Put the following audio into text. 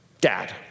Dad